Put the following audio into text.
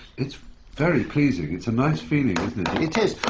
it's very pleasing. it's a nice feeling, isn't it? it is.